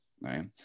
Right